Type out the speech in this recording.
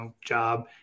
job